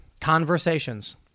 conversations